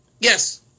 Yes